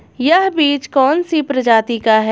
यह बीज कौन सी प्रजाति का है?